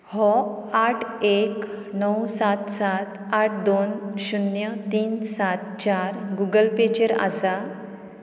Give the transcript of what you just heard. हो आठ एक णव सात सात आठ दोन शुन्य तीन सात चार गुगल पेचेर आसा